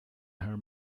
her